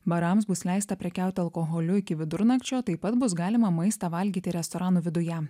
barams bus leista prekiauti alkoholiu iki vidurnakčio taip pat bus galima maistą valgyti restoranų viduje